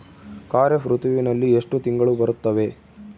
ಖಾರೇಫ್ ಋತುವಿನಲ್ಲಿ ಎಷ್ಟು ತಿಂಗಳು ಬರುತ್ತವೆ?